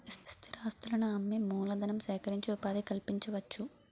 స్థిరాస్తులను అమ్మి మూలధనం సేకరించి ఉపాధి కల్పించవచ్చు